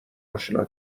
آشنا